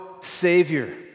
Savior